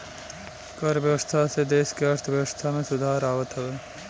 कर व्यवस्था से देस के अर्थव्यवस्था में सुधार आवत हवे